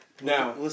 Now